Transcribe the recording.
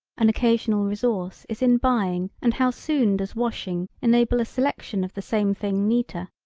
an occasional resource is in buying and how soon does washing enable a selection of the same thing neater.